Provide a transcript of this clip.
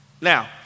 Now